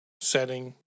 setting